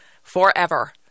forever